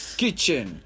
kitchen